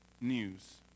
news